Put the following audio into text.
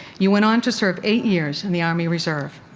you went on to serve eight years in the army reserve.